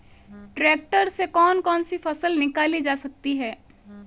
Tractor से कौन कौनसी फसल निकाली जा सकती हैं?